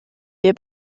wir